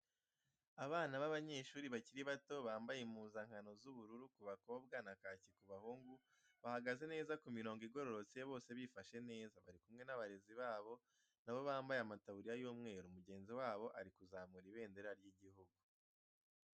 Abana b'abanyeshuri bakiri bato bambaye impuzankano z'ubururu ku bakobwa na kaki ku bahungu, bahagaze neza ku mirongo igororotse bose bifashe neza bari kumwe n'abarezi babo nabo bambaye amataburiya y'umweru mugenzi wabo ari kuzamura ibendera ry'igihugu.